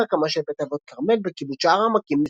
והקמה של בית אבות כרמל בקיבוץ שער העמקים,